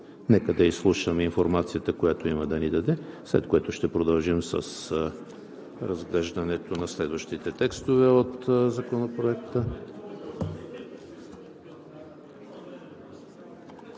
Нека да изслушаме информацията, която има да ни даде, след което ще продължим с разглеждането на следващите текстове от Законопроекта.